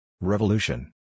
Revolution